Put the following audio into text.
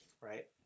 right